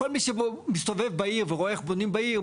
כל מי שמסתובב בעיר ורואה איך בונים בעיר,